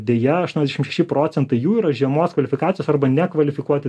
deja aštuoniasdešim šeši procentai jų yra žemos kvalifikacijos arba nekvalifikuoti